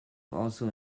also